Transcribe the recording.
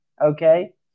okay